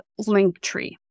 Linktree